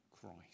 Christ